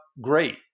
great